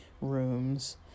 rooms